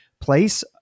place